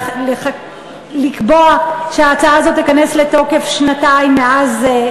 לקבוע שההצעה הזאת תיכנס לתוקף שנתיים מאז,